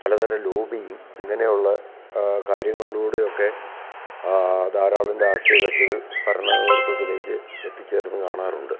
പലതരം ലോബി ഇങ്ങനെയുള്ള കാര്യങ്ങളിലൂടെയൊക്കെ ധാരാളം രാഷ്ട്രീയ കക്ഷികൾ ഭരണ നേതൃത്വത്തിലേക്ക് എത്തിച്ചേർന്നു കാണാറുണ്ട്